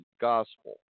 gospel